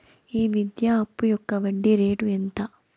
ఈ విద్యా అప్పు యొక్క వడ్డీ రేటు ఎంత?